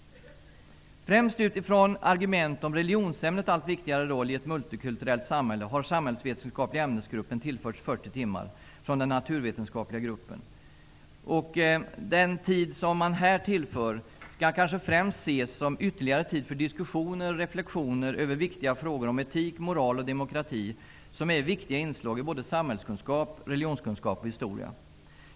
Främst utifrån argument om religionsämnets allt viktigare roll i ett multikulturellt samhälle har samhällsvetenskapliga ämnesgruppen tillförts 40 timmar från den naturvetenskapliga gruppen. Den tid som tillförs skall kanske främst ses som ytterligare tid för diskussioner och reflexioner över viktiga frågor om etik, moral och demokrati, vilka är viktiga inslag i samhällskunskap, religionskunskap och historia.